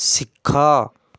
ଶିଖ